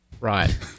Right